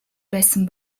байсан